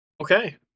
Okay